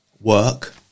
work